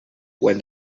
when